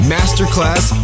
Masterclass